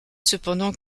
cependant